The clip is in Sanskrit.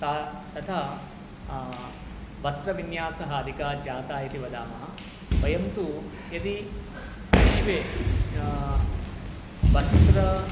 ता तथा वस्रविन्यासः अधिकः जातः इति वदामः वयं तु यदि विश्वे वस्त्रम्